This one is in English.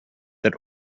that